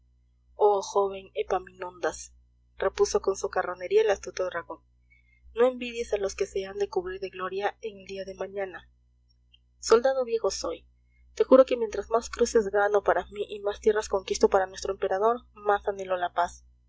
oh joven epaminondas repuso con socarronería el astuto dragón no envidies a los que se han de cubrir de gloria en el día de mañana soldado viejo soy y te juro que mientras más cruces gano para mí y más tierras conquisto para nuestro emperador más anhelo la paz